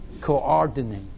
coordinate